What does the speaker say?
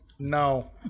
No